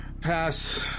pass